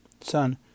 Son